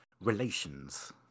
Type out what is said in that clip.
relations